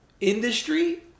industry